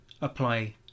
apply